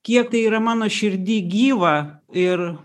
kiek tai yra mano širdy gyva ir